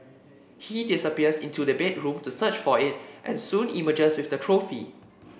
he disappears into the bedroom to search for it and soon emerges with the trophy